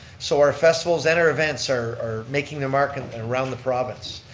so our festivals and our events are are making their mark and around the province.